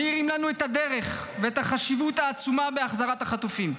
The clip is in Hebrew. מאירים לנו את הדרך ואת החשיבות העצומה בחזרת החטופים.